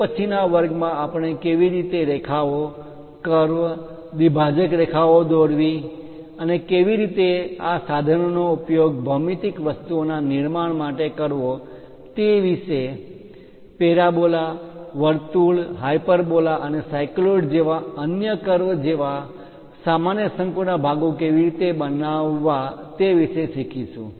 હવે પછી ના વર્ગમાં આપણે કેવી રીતે રેખાઓ કર્વ દ્વિભાજક રેખાઓ દોરવી અને કેવી રીતે આ સાધનનો ઉપયોગ ભૌમિતિક વસ્તુઓ ના નિર્માણ માટે કરવો તે વિશે પેરાબોલા વર્તુળ હાયપરબોલા અને સાયક્લોઇડ જેવા અન્ય કર્વ જેવા સામાન્ય શંકુના ભાગો કેવી રીતે બનાવવી તે વિશે શીખીશું